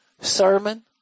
sermon